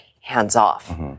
hands-off